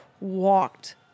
walked